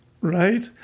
Right